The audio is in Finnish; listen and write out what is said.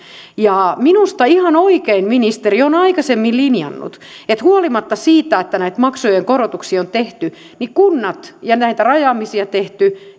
minusta ihan oikein ministeri on aikaisemmin linjannut että huolimatta siitä että näitä maksujen korotuksia on tehty ja näitä rajaamisia tehty